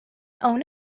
own